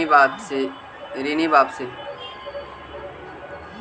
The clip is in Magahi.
ऋण वापसी?